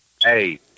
Hey